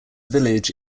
village